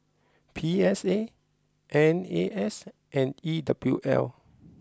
P S A N A S and E W L